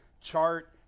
chart